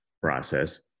process